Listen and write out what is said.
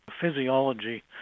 physiology